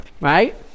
right